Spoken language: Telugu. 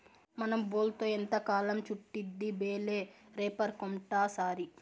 మనం బేల్తో ఎంతకాలం చుట్టిద్ది బేలే రేపర్ కొంటాసరి